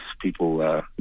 people